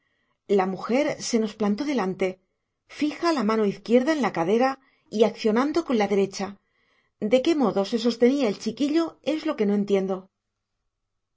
la mujer se nos plantó delante fija la mano izquierda en la cadera y accionando con la derecha de qué modo se sostenía el chiquillo es lo que no entiendo